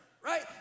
right